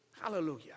Hallelujah